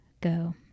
go